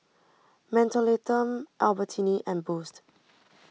Mentholatum Albertini and Boost